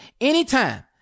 anytime